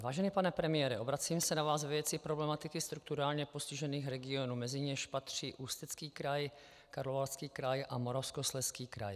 Vážený pane premiére, obracím se na vás ve věci problematiky strukturálně postižených regionů, mezi něž patří Ústecký kraj, Karlovarský kraj a Moravskoslezský kraj.